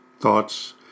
thoughts